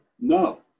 no